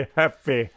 happy